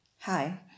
Hi